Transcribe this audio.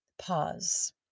Pause